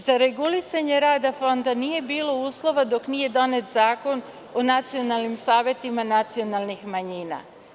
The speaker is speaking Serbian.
Za regulisanje rada fonda nije bilo uslova dok nije donet Zakon o nacionalnim savetima nacionalnih manjina.